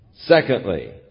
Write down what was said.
Secondly